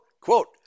quote